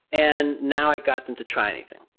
and now i got them to try anything.